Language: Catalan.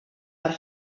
per